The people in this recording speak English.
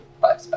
bye